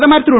பிரதமர் திரு